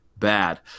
Bad